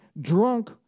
drunk